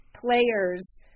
players